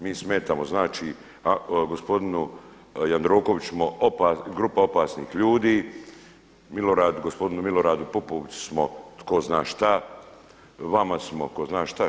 Mi smetamo znači, gospodinu Jandrokoviću smo grupa opasnih ljudi, gospodinu Miloradu Pupovcu smo tko zna šta, vama smo tko zna šta.